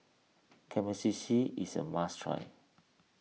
Kamameshi is a must try